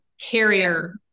carrier